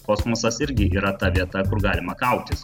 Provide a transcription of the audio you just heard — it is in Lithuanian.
kosmosas irgi yra ta vieta kur galima kautis